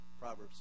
Proverbs